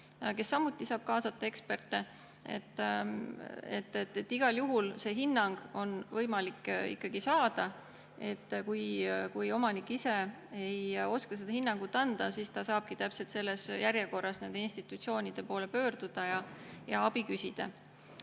kes samuti saab kaasata eksperte. Igal juhul on see hinnang võimalik ikkagi saada. Kui omanik ise ei oska seda hinnangut anda, siis ta saabki täpselt selles järjekorras nende institutsioonide poole pöörduda ja abi küsida. Ja